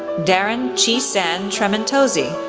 darren cheesan trementozzi,